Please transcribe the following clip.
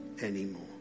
anymore